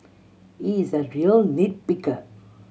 he is a real nit picker